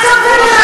אני לא רוצה,